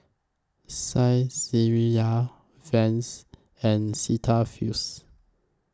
Saizeriya Vans and Cetaphil's